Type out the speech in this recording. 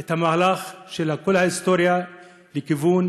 את המהלך של כל ההיסטוריה לכיוון